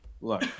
look